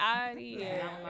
idea